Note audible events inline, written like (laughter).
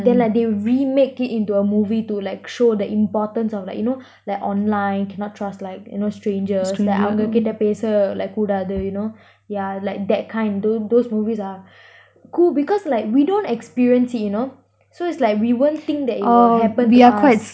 they like they remake it into a movie to like showed the importance of like you know like online cannot trust like you know strangers அவங்க கிட்ட பேச கூடாது:avanga kita peasa kudathu you know (breath) yeah like that kind those those movies are (breath) cool because like we don't experience it you know so it's like we won't think that it will happened to us